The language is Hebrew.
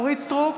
אורית מלכה סטרוק,